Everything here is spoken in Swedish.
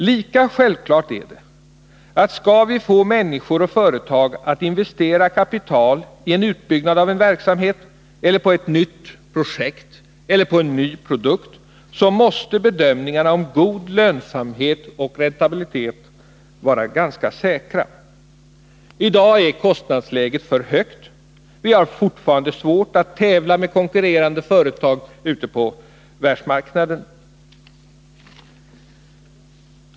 Lika självklart är att skall vi få människor och företag att investera kapital i en utbyggnad av en verksamhet, på ett nytt projekt eller på en ny produkt måste bedömningarna om god lönsamhet och räntabilitet vara ganska säkra. I dag är kostnadsläget för högt. Vi har fortfarande svårt att tävla med konkurrerande företag ute på världsmarknaden.